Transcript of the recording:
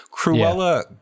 Cruella